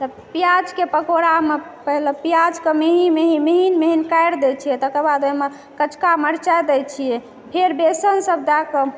तऽ प्याजके पकौड़ामे पहिले प्याजके मेहिं मेहिं मिहिन मिहिन काटि दै छियै तकर बाद ओहिमे कचका मरचाइ दै छियै फेर बेसन सब दए कऽ